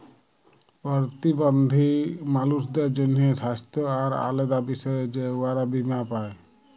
পরতিবল্ধী মালুসদের জ্যনহে স্বাস্থ্য আর আলেদা বিষয়ে যে উয়ারা বীমা পায়